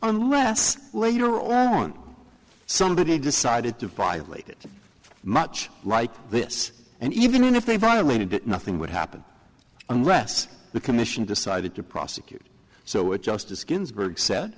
unless later or somebody decided to violate it much like this and even if they violated it nothing would happen unless the commission decided to prosecute so it justice ginsburg said